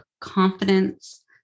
confidence